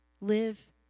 live